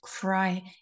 cry